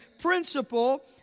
principle